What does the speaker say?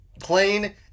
plain